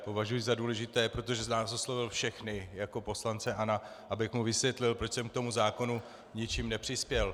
Považuji za důležité, protože nás oslovil všechny jako poslance ANO, abych mu vysvětlil, proč jsem k tomu zákonu ničím nepřispěl.